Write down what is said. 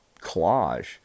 collage